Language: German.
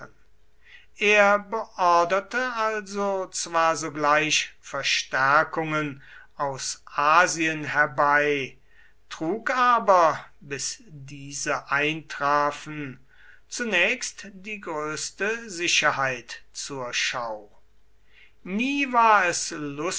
er beorderte also zwar sogleich verstärkungen aus asien herbei trug aber bis diese eintrafen zunächst die größte sicherheit zur schau nie war es